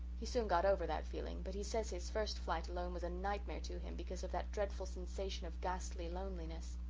he soon got over that feeling but he says his first flight alone was a nightmare to him because of that dreadful sensation of ghastly loneliness.